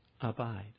abide